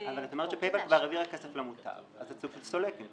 שיכול להיות מצב שפעולת תשלום היא